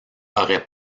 auraient